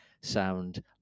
sound